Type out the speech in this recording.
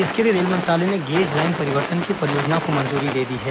इसके लिए रेल मंत्रालय ने गेज लाइन परिवर्तन की परियोजना को मंजूरी दे दी है